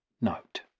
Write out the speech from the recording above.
note